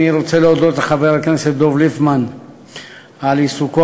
אני רוצה להודות לחבר הכנסת דב ליפמן על עיסוקו